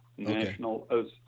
national